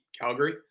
Calgary